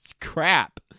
Crap